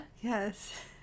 Yes